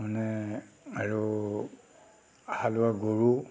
মানে আৰু হালোৱা গৰু